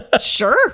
sure